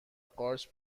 قارچ